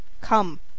Come